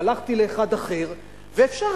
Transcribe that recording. ואפשר,